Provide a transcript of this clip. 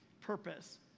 purpose